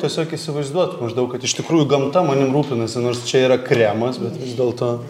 tiesiog įsivaizduot maždaug kad iš tikrųjų gamta manim rūpinasi nors čia yra kremas bet vis dėlto